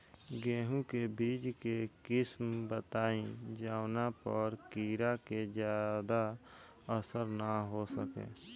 गेहूं के बीज के किस्म बताई जवना पर कीड़ा के ज्यादा असर न हो सके?